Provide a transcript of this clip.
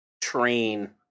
train